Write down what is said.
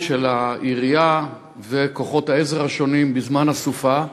של העירייה וכוחות העזר השונים בזמן הסופה.